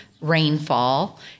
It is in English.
rainfall